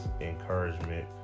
encouragement